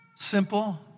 simple